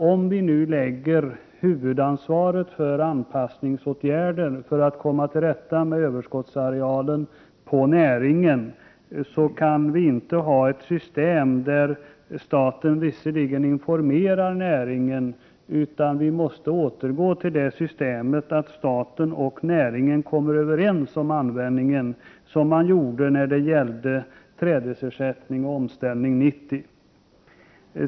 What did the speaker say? Om vi nu lägger huvudansvaret för anpassningsåtgärden för att komma till rätta med överskottsarealen på näringen, kan vi inte ha ett system där staten enbart informerar näringen, utan vi måste återgå till ett system där staten och näringen kommer överens om användningen. Så gjorde man när det gällde trädesersättning och Omställning 90.